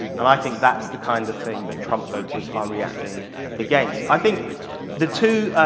and i think that's the kind of thing that trump voters are reacting against. i think the two